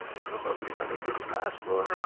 probably validate password.